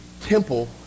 temple